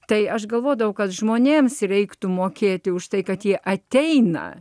tai aš galvodavau kad žmonėms reiktų mokėti už tai kad jie ateina